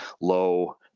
low